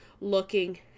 looking